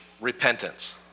repentance